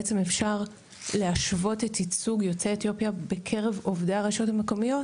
בעצם אפשר להשוות את ייצוג יוצאי אתיופיה בקרב עובדי הרשויות המקומיות,